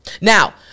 Now